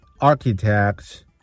architects